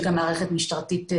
יש גם מערכת משטרתית,